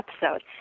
episode